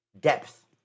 depth